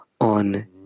on